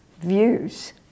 views